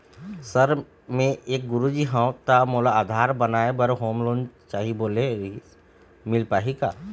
Sir मे एक गुरुजी हंव ता मोला आधार बनाए बर होम लोन चाही बोले रीहिस मील पाही का?